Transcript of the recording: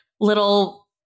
little